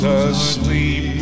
asleep